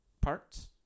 parts